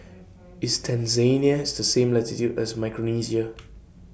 IS Tanzania The same latitude as Micronesia